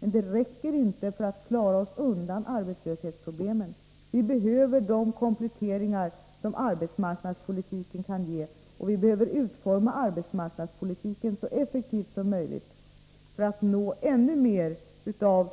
Men det räcker inte för att klara oss undan arbetslöshetsproblemen. Vi behöver de kompletteringar som arbetsmarknadspolitiken kan ge. Och vi behöver utforma arbetsmarknadspolitiken så effektivt som möjligt för att nå ännu mer av